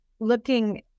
Looking